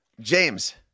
James